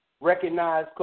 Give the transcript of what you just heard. recognize